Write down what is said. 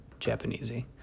Japanesey